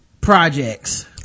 projects